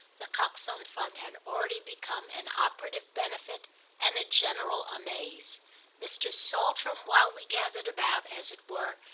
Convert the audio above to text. the coxon fund had already become an operative benefit and a general amaze mr. saltram, while we gathered about, as it were,